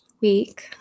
week